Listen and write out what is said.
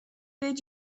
did